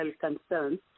concerns